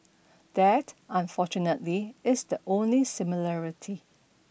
that unfortunately is the only similarity